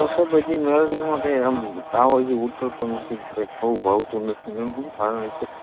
તો સાહેબ હજી મેલેરિયામાં કંઈ એમ તાવ હજી ઉતરતો નથી અને કંઈ ખાવું ભાવતું નથી એનું શું કારણ હશે